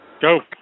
Go